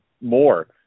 more